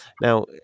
Now